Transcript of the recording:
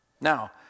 Now